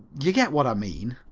you get what i mean.